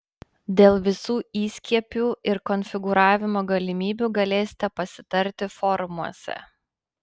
dėl visų įskiepių ir konfigūravimo galimybių galėsite pasitarti forumuose